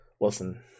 Listen